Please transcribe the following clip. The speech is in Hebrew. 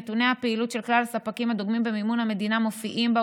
נתוני הפעילות של כלל הספקים הדוגמים במימון המדינה מופיעים בה,